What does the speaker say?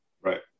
Right